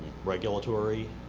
regulatory?